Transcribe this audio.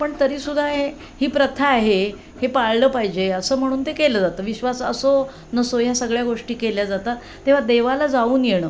पण तरीसुद्धा ही प्रथा आहे हे पाळलं पाहिजे असं म्हणून ते केलं जातं विश्वास असो नसो ह्या सगळ्या गोष्टी केल्या जातात तेव्हा देवाला जाऊन येणं